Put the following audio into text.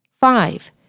Five